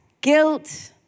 guilt